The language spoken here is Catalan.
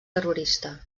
terrorista